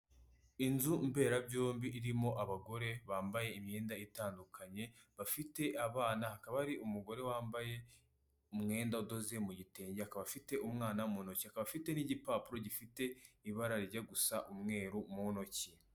Inzu mberabyombi irimo abagore bambaye imyenda itandukanye, bafite abana hakaba hari umugore wambaye umwenda udoze mu gitenge akaba afite umwana mu ntoki akaba afite n'igipapuro gifite ibara rijya gusa umweru mu ntoki.